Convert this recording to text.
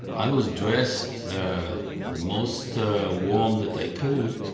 i was dressed the the most warm that i could,